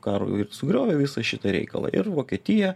karui ir sugriovė visą šitą reikalą ir vokietija